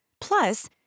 Plus